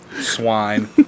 swine